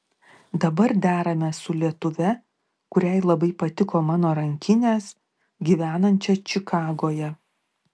dabar deramės su lietuve kuriai labai patiko mano rankinės gyvenančia čikagoje